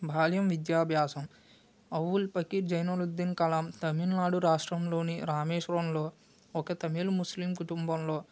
బాల్యం విద్యాభ్యాసం అవుల్ పకీర్ జైనులుబ్ధిన్ కలాం తమిళనాడు రాష్ట్రంలోని రామేశ్వరంలో ఒక తమిళ్ ముస్లిం కుటుంబంలో